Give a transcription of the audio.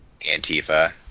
Antifa